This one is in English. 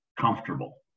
comfortable